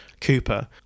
Cooper